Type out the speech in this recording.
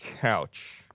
couch